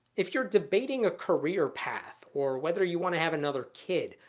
if you're debating a career path, or whether you want to have another kid,